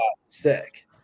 sick